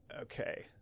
okay